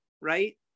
right